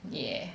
yeah